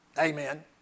Amen